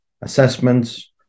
assessments